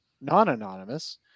non-anonymous